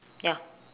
ya